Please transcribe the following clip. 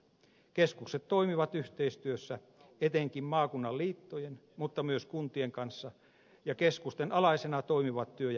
keskukset toimivat yhteistyössä etenkin maakunnan liittojen mutta myös kuntien kanssa ja keskusten alaisina toimivat työ ja elinkeinotoimistot